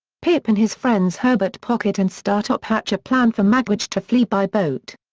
pip and his friends herbert pocket and startop hatch a plan for magwitch to flee by boat.